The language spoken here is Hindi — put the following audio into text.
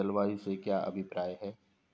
जलवायु से क्या अभिप्राय है?